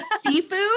Seafood